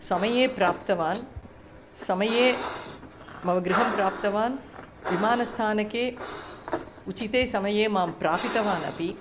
समये प्राप्तवान् समये मम गृहं प्राप्तवान् विमानस्थानके उचित समये माम् प्रापितवान् अपि